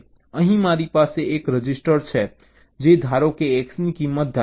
અહીં મારી પાસે એક રજિસ્ટર છે જે ધારો કે X ની કિંમત ધારે છે